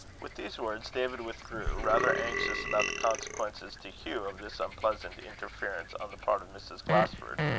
with these words david withdrew, rather anxious about the consequences to hugh of this unpleasant interference on the part of mrs. glasford.